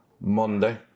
Monday